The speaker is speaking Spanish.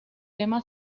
tema